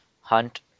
hunt